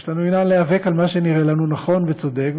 יש לנו עניין להיאבק על מה שנראה לנו נכון וצודק,